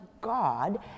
God